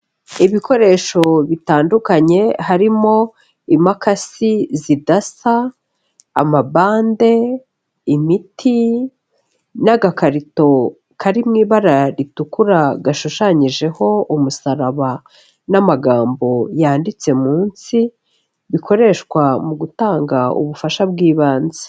Ibikoresho bitandukanye, harimo imakasi zidasa, amabande, imiti n'agakarito kari mu ibara ritukura gashushanyijeho umusaraba n'amagambo yanditse munsi, bikoreshwa mu gutanga ubufasha bw'ibanze.